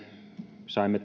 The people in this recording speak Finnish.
saimme